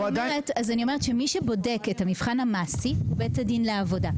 מי שבודק את המבחן המעשי הוא בית הדין לעבודה.